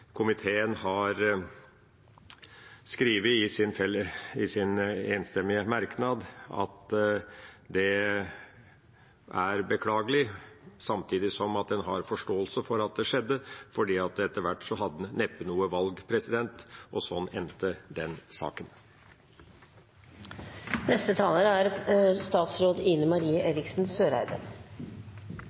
Komiteen har skrevet i sin enstemmige merknad at det er beklagelig, samtidig som en har forståelse for at det skjedde, for etter hvert hadde man neppe noe valg. Og sånn endte den saken.